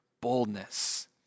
boldness